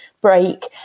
break